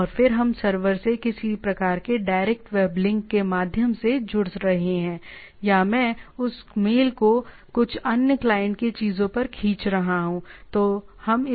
और फिर हम सर्वर से किसी प्रकार के डायरेक्ट वेब लिंक के माध्यम से जुड़ रहे हैं या मैं उस मेल को कुछ अन्य क्लाइंट की चीजों पर खींच रहा हूं